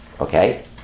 okay